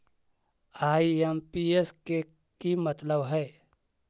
IMPS के कि मतलब है?